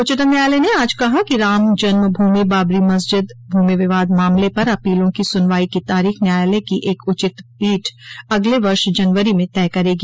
उच्चतम न्यायालय ने आज कहा कि रामजन्म भूमि बाबरी मस्जिद भूमि विवाद मामले पर अपीलों की सुनवाई की तारीख न्यायालय की एक उचित पीठ अगले वर्ष जनवरी में तय करेगी